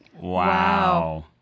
Wow